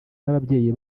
n’ababyeyi